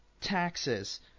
taxes